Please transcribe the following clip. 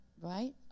right